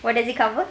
what does it cover